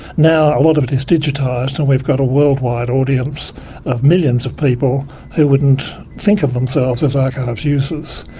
now a lot of it is digitised and we've got a worldwide audience of millions of people who wouldn't think of themselves as archive users,